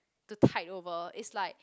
the tide over it's like